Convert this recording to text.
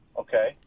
Okay